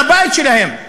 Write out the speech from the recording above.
מהבית שלהם.